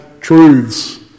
truths